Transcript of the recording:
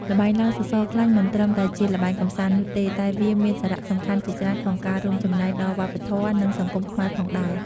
ល្បែងឡើងសសរខ្លាញ់មិនត្រឹមតែជាល្បែងកម្សាន្តនោះទេ តែវាមានសារៈសំខាន់ជាច្រើនក្នុងការរួមចំណែកដល់វប្បធម៌ និងសង្គមខ្មែរផងដែរ។